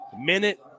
minute